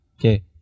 Okay